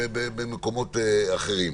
במקומות אחרים.